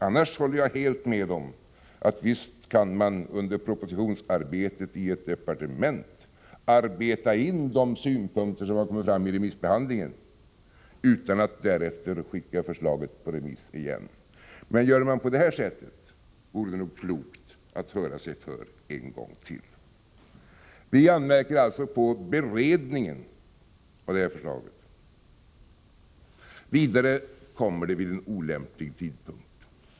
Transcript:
Annars håller jag helt med om att man under propositionsarbetet i ett departement visst kan arbeta in de synpunkter som har kommit fram vid remissbehandlingen utan att därefter skicka förslaget på remiss igen. Men när man gör på detta sätt vore det nog klokt att höra sig för en gång till. Vi anmärker alltså på beredningen av detta förslag. Vidare kommer det vid en olämplig tidpunkt.